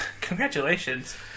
congratulations